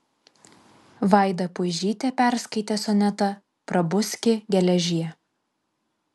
vaida puižytė perskaitė sonetą prabuski geležie